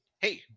Hey